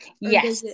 yes